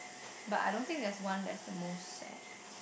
but I don't think there's one that's the most sad